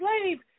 slave